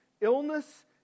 Illness